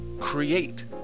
create